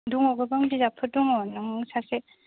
दङ गोबां बिजाबफोर दङ नों सासे